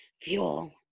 fuel